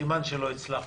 סימן שלא הצלחנו,